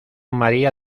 maría